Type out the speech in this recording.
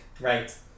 Right